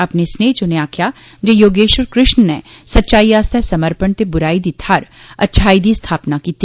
अ ने स्नेए च उनें आक्खेया जे योगेश्वर कृष्ण नै सच्चाई आस्तै समर्र्रण ते बुराई दी थाहर अच्छाई दी स्था ना कीती